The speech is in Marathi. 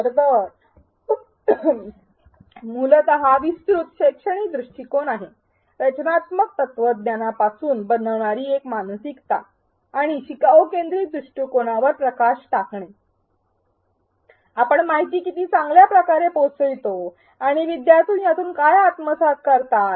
खरं तर हा मूलत विस्तृत शैक्षणिक दृष्टिकोन आहे रचनात्मक तत्त्वज्ञानापासून बनणारी एक मानसिकता आणि शिकाऊ केंद्रीत दृष्टिकोनावर प्रकाश टाकणे आपण माहिती किती चांगल्या प्रकारे पोचवितो आणि विद्यार्थी यातून काय आत्मसात करतात